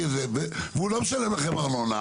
והוא לא משלם לכם ארנונה,